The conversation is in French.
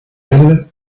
elle